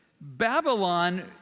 Babylon